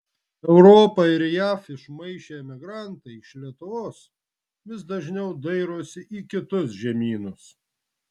europą ir jav išmaišę emigrantai iš lietuvos vis dažniau dairosi į kitus žemynus